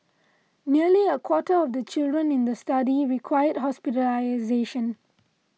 nearly a quarter of the children in the study required hospitalisation